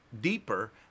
deeper